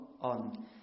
on